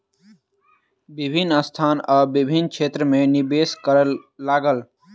विभिन्न संस्थान आब विभिन्न क्षेत्र में निवेश करअ लागल